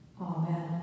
Amen